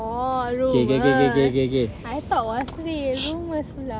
oh rumours I thought was real rumours pula